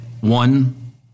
One